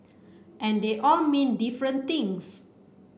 and they all mean different things